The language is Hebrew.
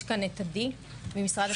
נמצאת כאן עדי משרד התחבורה.